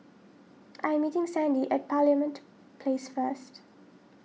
I am meeting Sandie at Parliament Place first